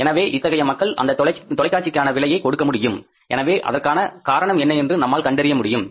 எனவே இத்தகைய மக்கள் அந்த தொலைக்காட்சிக்கான விலையை கொடுக்க முடியும் எனவே அதற்கான காரணம் என்ன என்று நம்மால் கண்டறிய முடியும்